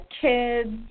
kids